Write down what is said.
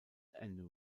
enugu